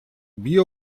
beer